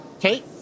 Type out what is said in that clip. Kate